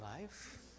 life